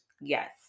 Yes